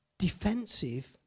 Defensive